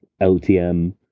LTM